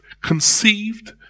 conceived